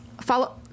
follow